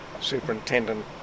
superintendent